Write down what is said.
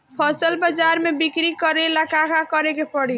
फसल बाजार मे बिक्री करेला का करेके परी?